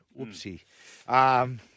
whoopsie